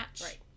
Right